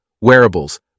wearables